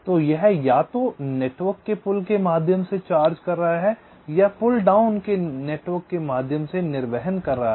तो यह या तो नेटवर्क के पुल के माध्यम से चार्ज कर रहा है या पुल डाउन नेटवर्क के माध्यम से निर्वहन कर रहा है